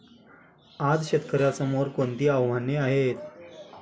आज शेतकऱ्यांसमोर कोणती आव्हाने आहेत?